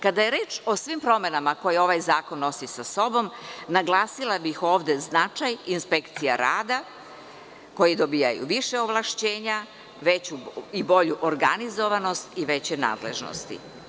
Kada je reč o svim promenama koje ovaj zakon nosi sa sobom, naglasila bih ovde značaj inspekcija rada koji dobijaju više ovlašćenja, veću i bolju organizovanost i veće nadležnosti.